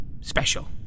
special